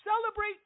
celebrate